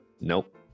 Nope